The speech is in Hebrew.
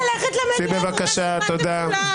צאי, בבקשה, תודה.